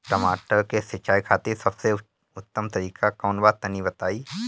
टमाटर के सिंचाई खातिर सबसे उत्तम तरीका कौंन बा तनि बताई?